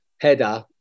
header